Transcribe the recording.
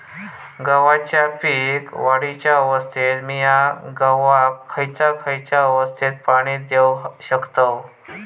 गव्हाच्या पीक वाढीच्या अवस्थेत मिया गव्हाक खैयचा खैयचा अवस्थेत पाणी देउक शकताव?